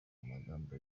amagambo